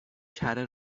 کره